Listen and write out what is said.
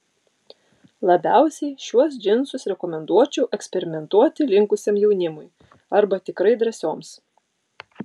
labiausiai šiuos džinsus rekomenduočiau eksperimentuoti linkusiam jaunimui arba tikrai drąsioms